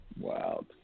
Wow